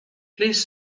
please